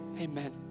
Amen